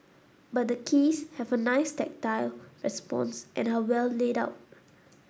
but the keys have a nice tactile response and are well laid out